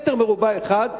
מטר רבוע אחד,